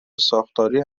ساختاری